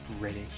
British